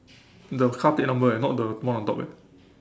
the car plate number eh not the one on top eh